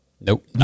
Nope